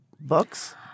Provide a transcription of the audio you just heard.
books